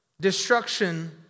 destruction